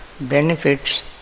benefits